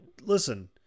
listen